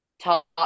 top